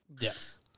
Yes